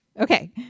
Okay